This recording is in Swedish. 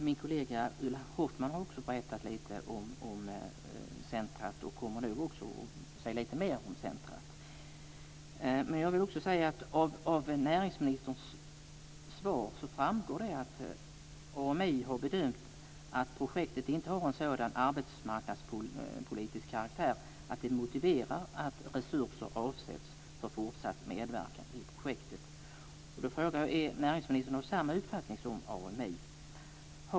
Min kollega Ulla Hoffmann har också berättat lite grann om centret och kommer nog att säga lite mer om det. Av näringsministerns svar framgår att AMI har bedömt att projektet inte har en sådan arbetsmarknadspolitisk karaktär att det motiverar att resurser avsätts för fortsatt medverkan i projektet. Är näringsministern av samma uppfattning som AMI?